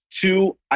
two